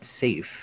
safe